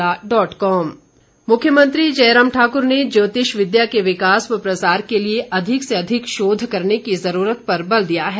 मुख्यमंत्री ज्योतिष मुख्यमंत्री जयराम ठाकुर ने ज्योतिष विद्या के विकास व प्रसार के लिए अधिक से अधिक शोध करने की ज़रूरत पर बल दिया है